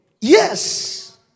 Yes